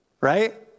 right